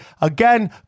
Again